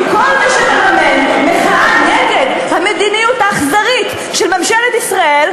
כי כל מי שמממן מחאה נגד המדיניות האכזרית של ממשלת ישראל,